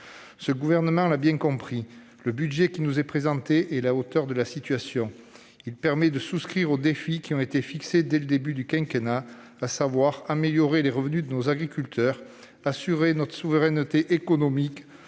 Ce gouvernement l'a bien compris et le budget qui nous est présenté est à la hauteur de la situation. Il permet de relever les défis qui ont été fixés dès le début du quinquennat, à savoir améliorer les revenus de nos agriculteurs, assurer notre souveraineté économique